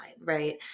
right